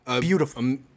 Beautiful